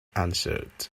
answered